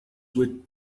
with